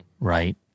Right